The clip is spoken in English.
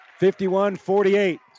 51-48